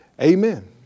Amen